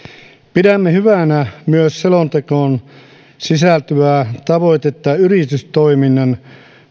pidämme hyvänä myös selontekoon sisältyvää tavoitetta yritystoiminnan